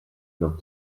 dan